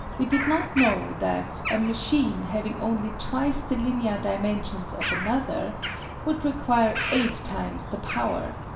we did not know that a machine having only twice the linear dimensions of another would require eight times the power.